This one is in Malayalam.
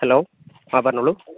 ഹലോ ആ പറഞ്ഞോളൂ